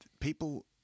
people